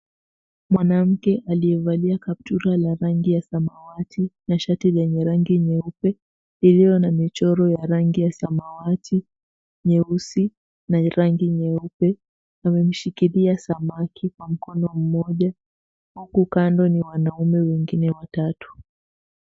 Mwanamke aliyevaa kaptura la rangi ya samawati na shati lenye rangi nyeupe, iliyo na michoro ya rangi ya samawati, nyeusi na rangi nyeupe, amemshikilia samaki kwa mkono mmoja. Huku kando ni wanaume wengine watatu.